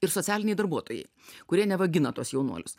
ir socialiniai darbuotojai kurie neva gina tuos jaunuolius